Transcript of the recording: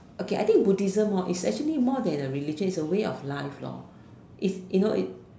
okay I think Buddhism is actually more than a religion it's a way of life if you know if